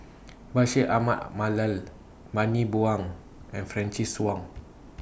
Bashir Ahmad Mallal Bani Buang and Francis Wong